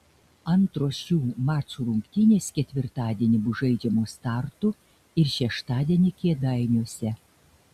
antros šių mačų rungtynės ketvirtadienį bus žaidžiamos tartu ir šeštadienį kėdainiuose